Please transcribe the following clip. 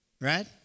right